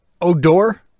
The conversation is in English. Odor